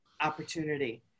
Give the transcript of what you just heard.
opportunity